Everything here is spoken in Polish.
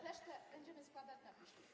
Resztę będziemy składać na piśmie.